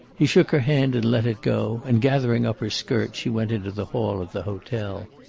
he shook her hand and let it go and gathering up her skirt she went into the hall of the hotel.